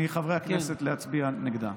להצביע נגדה.